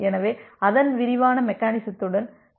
எனவே அதன் விரிவான மெக்கெனிசத்துடன் தொடரலாம்